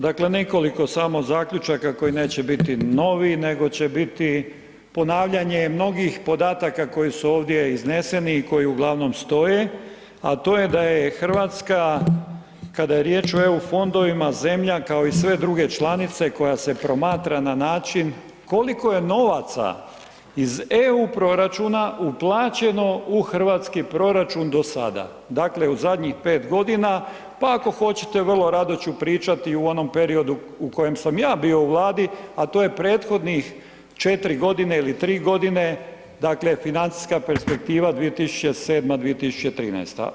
Dakle, nekoliko samo zaključaka koji neće biti novi nego će biti ponavljanje mnogih podataka koji su ovdje izneseni i koji uglavnom stoje, a to je da je Hrvatska kada je riječ o EU fondovima, zemlja kao i sve druge članice koja se promatra na način koliko je novaca iz EU proračuna uplaćeno u hrvatski proračun do sada, dakle u zadnjih 5 godina, pa ako hoćete, vrlo rado ću pričati i o onom periodu u kojem sam ja bio u Vladi, a to je prethodnih 4 godine ili 3 godine, dakle, financijska perspektiva 2007.-2013.